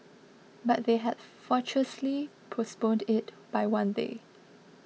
but they had fortuitously postponed it by one day